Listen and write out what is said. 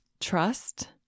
Trust